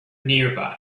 nearby